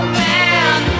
man